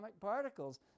particles